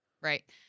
Right